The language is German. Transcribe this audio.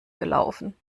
gelaufen